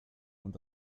und